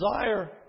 desire